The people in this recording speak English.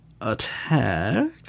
attack